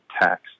tax